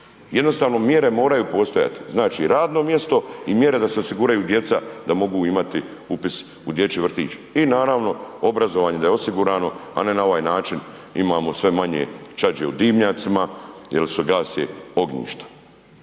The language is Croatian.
Jednostavno mjere moraju postojati. Znači, radno mjesto i mjere da se osiguraju djeca da mogu imati upis u dječji vrtić i naravno obrazovanje da je osigurano, a ne na ovaj način imamo sve manje čađi u dimnjacima jer se gase ognjišta.